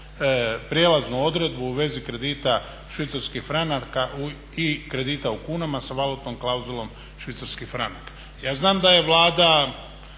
"Prijelaznu odredbu u vezi kredita švicarskih franaka i kredita u kunama s valutnom klauzulom švicarski franak." Ja znam da je Vlada